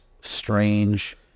strange